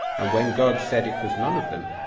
and when god said it was none of them,